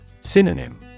Synonym